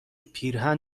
پیرهن